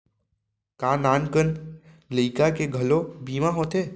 का नान कन लइका के घलो बीमा होथे?